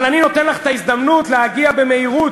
אבל אני נותן לך את ההזדמנות להגיע במהירות